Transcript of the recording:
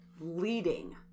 leading